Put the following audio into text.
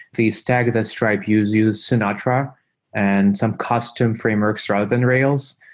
the stag that stripe uses sinatra and some costume frameworks rather than rails.